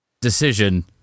decision